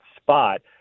spot